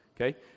Okay